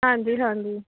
ਹਾਂਜੀ ਹਾਂਜੀ